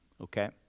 Okay